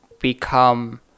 become